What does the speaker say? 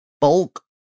bulk